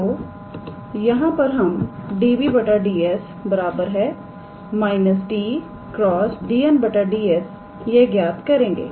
तोयहां पर हम 𝑑𝑏̂ 𝑑𝑠 −𝑡̂× 𝑑𝑛̂ 𝑑𝑠 यह ज्ञात करेंगे